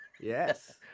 Yes